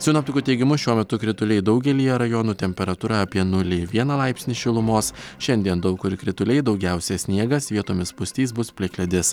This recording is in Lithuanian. sinoptikų teigimu šiuo metu krituliai daugelyje rajonų temperatūra apie nulį vieną laipsnį šilumos šiandien daug kur krituliai daugiausia sniegas vietomis pustys bus plikledis